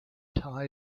tie